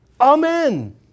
amen